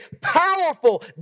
powerful